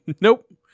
Nope